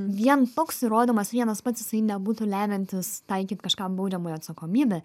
vien toks įrodymas vienas pats jisai nebūtų lemiantis taikyt kažkam baudžiamąją atsakomybę